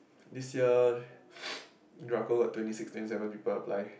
this year we are go lot to need sixteen seven people apply